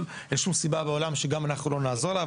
אין שום סיבה בעולם שגם אנחנו לא נעזור לה.